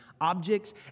objects